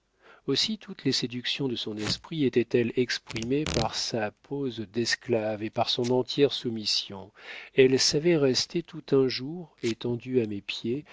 aussi toutes les séductions de son esprit étaient-elles exprimées par sa pose d'esclave et par son entière soumission elle savait rester tout un jour étendue à mes pieds